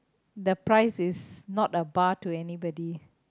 the price is not a bar to anybody